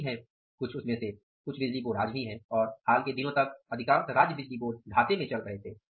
आज भी और हाल के दिनों तक अधिकांश राज्य बिजली बोर्ड घाटे में चल रहे थे